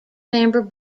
member